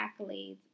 accolades